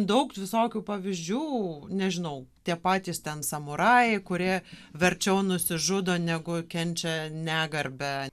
daug visokių pavyzdžių nežinau tie patys ten samurajai kurie verčiau nusižudo negu kenčia negarbę